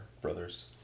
brothers